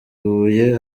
huye